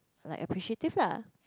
like appreciative lah